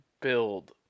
build